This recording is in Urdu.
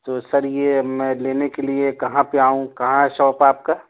تو سر یہ میں لینے کے لیے کہاں پہ آؤں کہاں شاپ ہے آپ کا